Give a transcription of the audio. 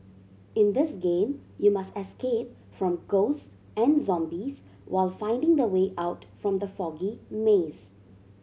in this game you must escape from ghost and zombies while finding the way out from the foggy maze